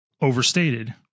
overstated